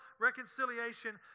reconciliation